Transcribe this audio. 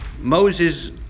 Moses